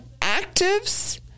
actives